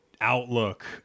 outlook